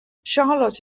charlotte